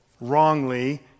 wrongly